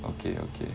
okay okay